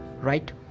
right